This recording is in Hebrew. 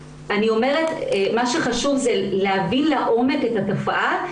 מה שחשוב זה להבין לעומק את התופעה.